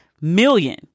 million